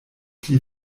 pli